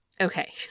Okay